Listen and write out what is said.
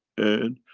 and,